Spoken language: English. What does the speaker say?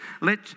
Let